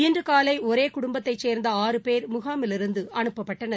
இன்று காலை ஒரே குடும்பத்தைச் சேர்ந்த ஆறு பேர் முகாமிலிலிருந்து அனுப்பப்பட்டனர்